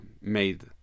made